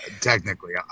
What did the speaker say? technically